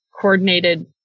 coordinated